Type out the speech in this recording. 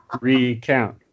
recount